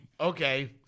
okay